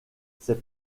ses